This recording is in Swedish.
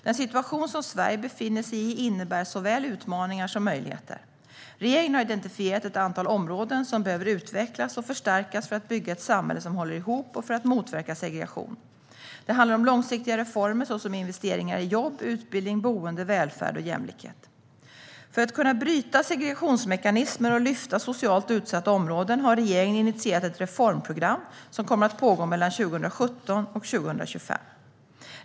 Den situation som Sverige befinner sig i innebär såväl utmaningar som möjligheter. Regeringen har identifierat ett antal områden som behöver utvecklas och förstärkas för att bygga ett samhälle som håller ihop och för att motverka segregation. Det handlar om långsiktiga reformer, såsom investeringar i jobb, utbildning, boende, välfärd och jämlikhet. För att kunna bryta segregationsmekanismer och lyfta socialt utsatta områden har regeringen initierat ett reformprogram som kommer att pågå mellan 2017 och 2025.